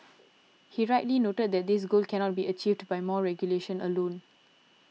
he rightly noted that this goal cannot be achieved by more regulation alone